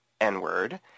N-word